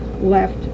left